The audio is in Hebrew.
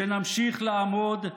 שנמשיך לעמוד,